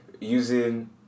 using